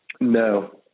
No